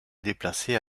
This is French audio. déplacée